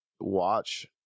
watch